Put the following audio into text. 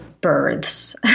births